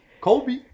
Kobe